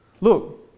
Look